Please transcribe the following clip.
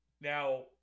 Now